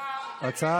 מה עם קטניות?